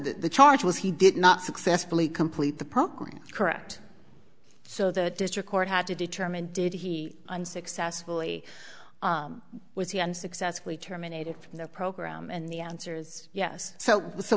the charge was he did not successfully complete the program correct so the district court had to determine did he unsuccessfully was he unsuccessfully terminated from the program and the answer is yes so